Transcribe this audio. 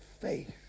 faith